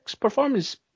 performance